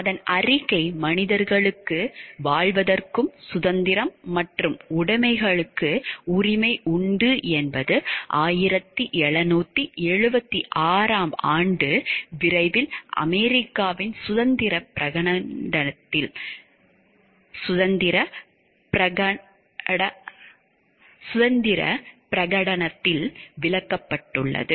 அதன் அறிக்கை மனிதர்களுக்கு வாழ்வதற்கும் சுதந்திரம் மற்றும் உடைமைக்கும் உரிமை உண்டு என்பது 1776 ஆம் ஆண்டு விரைவில் அமெரிக்காவின் சுதந்திரப் பிரகடனத்தில் விளக்கப்பட்டுள்ளது